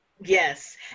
yes